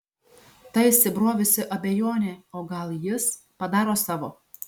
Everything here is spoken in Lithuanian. ta įsibrovusi abejonė o gal jis padaro savo